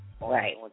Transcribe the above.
Right